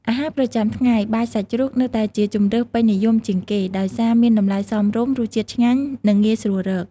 អាហារប្រចាំថ្ងៃ បាយសាច់ជ្រូកនៅតែជាជម្រើសពេញនិយមជាងគេ ដោយសារមានតម្លៃសមរម្យ រសជាតិឆ្ងាញ់ និងងាយស្រួលរក។